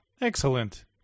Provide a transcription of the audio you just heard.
Excellent